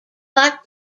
like